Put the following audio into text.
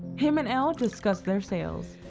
him and elle discuss their sales.